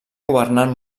governant